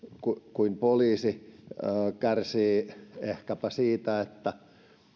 kuin poliisi kärsivät ehkäpä siitä että